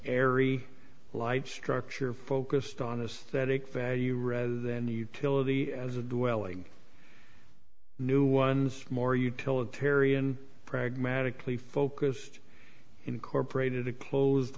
airy light structure focused on is that a value rather than utility as a dwelling new ones more utilitarian pragmatically focused incorporated a closed